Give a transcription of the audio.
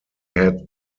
had